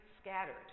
scattered